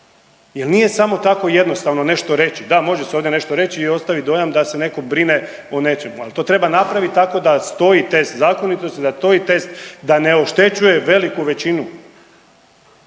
jer nije samo tako jednostavno nešto reći da može se ovdje nešto reći ostavit dojam da se netko brine o nečemu. Ali to treba napraviti tako da stoji test zakonitosti, da stoji test da ne oštećuje veliku većinu.